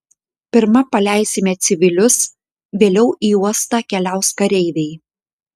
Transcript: pirma paleisime civilius vėliau į uostą keliaus kareiviai